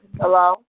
Hello